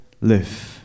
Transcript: Live